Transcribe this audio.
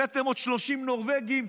הבאתם עוד 30 נורבגים,